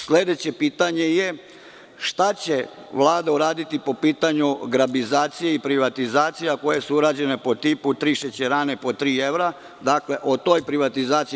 Sledeće pitanje je – šta će Vlada uraditi po pitanju „grabizacije“ i privatizacija koje su urađene po tipu „tri šećerane po tri evra“